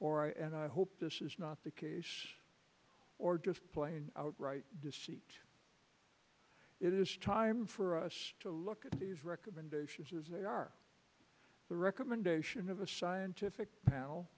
i and i hope this is not the case or just plain outright deceit it is time for us to look at these recommendations as they are the recommendation of a scientific panel